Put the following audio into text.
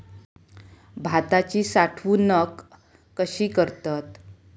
भाताची साठवूनक कशी करतत?